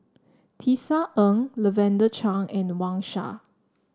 Tisa Ng Lavender Chang and Wang Sha